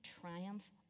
triumph